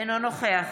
אינו נוכח